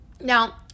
Now